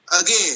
Again